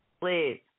Please